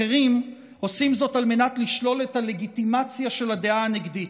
אחרים עושים זאת על מנת לשלול את הלגיטימציה של הדעה הנגדית,